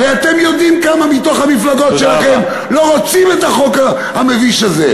הרי אתם יודעים כמה מתוך המפלגות שלכם לא רוצים את החוק המביש הזה.